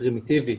פרימיטיבית,